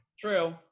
true